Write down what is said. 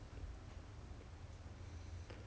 我煮 lah 刚才我煮 ah just cook